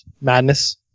madness